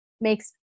makes